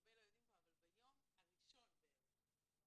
הרבה לא יודעים כאן אבל ביום הראשון בערך של